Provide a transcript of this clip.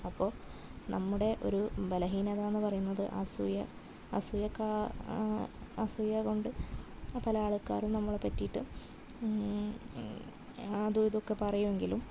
അപ്പോൾ നമ്മുടെ ഒരു ബലഹീനത എന്ന് പറയുന്നത് അസൂയ അസൂയക്കാ അസൂയകൊണ്ട് പല ആൾക്കാരും നമ്മളെ പറ്റിയിട്ട് അതും ഇതുമൊക്കെ പറയുമെങ്കിലും